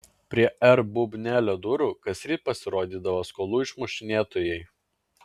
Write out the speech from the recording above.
prie r bubnelio durų kasryt pasirodydavo skolų išmušinėtojai